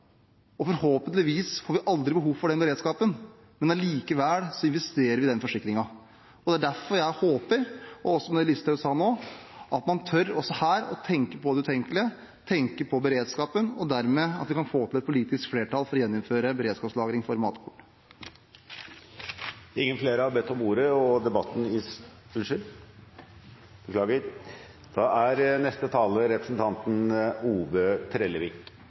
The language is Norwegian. Forhåpentligvis får vi aldri behov for den beredskapen, men allikevel investerer vi i den forsikringen. Det er derfor jeg håper, som Listhaug også sa nå, at man også her tør å tenke på det utenkelige, tenke på beredskapen, og at vi dermed kan få til et politisk flertall for å gjeninnføre beredskapslagring for matkorn. Eg teikna meg i seinaste laget, men det var kjekt å høyra Trygve Slagsvold Vedum snakka om